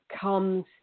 comes